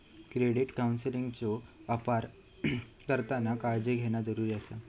credit काउन्सेलिंगचो अपार करताना काळजी घेणा जरुरी आसा